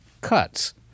cuts